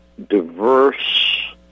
Diverse